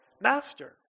master